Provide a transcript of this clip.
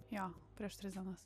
jo prieš tris dienas